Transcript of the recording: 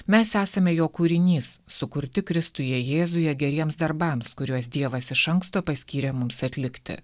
mes esame jo kūrinys sukurti kristuje jėzuje geriems darbams kuriuos dievas iš anksto paskyrė mums atlikti